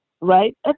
right